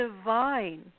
divine